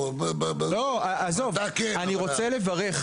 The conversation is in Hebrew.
אני רוצה לברך,